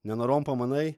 nenorom pamanai